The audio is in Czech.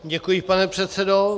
Děkuji, pane předsedo.